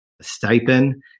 stipend